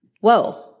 Whoa